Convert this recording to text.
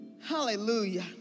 Hallelujah